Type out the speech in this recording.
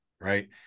Right